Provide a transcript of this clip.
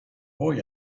boy